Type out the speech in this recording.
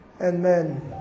Amen